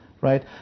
right